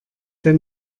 der